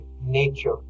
nature